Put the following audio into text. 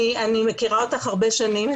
אני מכירה אותך הרבה שנים,